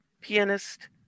pianist